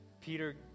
Peter